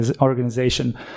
organization